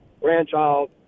grandchild